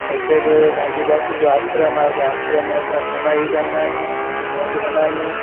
त उते बि गांधी बापू जो आश्रम आहे उते आश्रम में असां समय बिताईंदा आहियूं उते मौज कंदा आहियूं